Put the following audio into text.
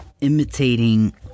imitating